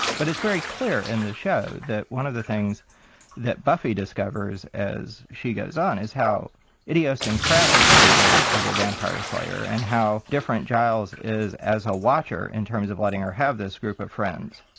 but it's very clear in the show that one of the things that buffy discovers as she goes on, is how idiosyncratic she is as a vampire slayer, and how different giles is as a watcher, in terms of letting her have this group of friends.